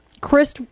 Chris